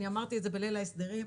אני אמרתי את זה בליל ההסדרים,